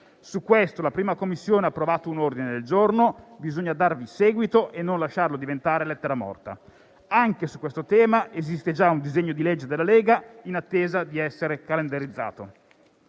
Su questo la 1a Commissione ha approvato un ordine del giorno, cui bisogna dar seguito e non lasciarlo diventare lettera morta. Anche su questo tema esiste già un disegno di legge della Lega in attesa di essere calendarizzato.